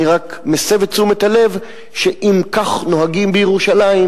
אני רק מסב את תשומת הלב שאם כך נוהגים בירושלים,